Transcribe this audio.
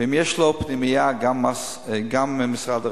ואם יש לו פנימייה אז גם משרד הרווחה.